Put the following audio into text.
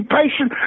patient